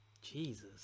Jesus